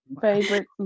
favorite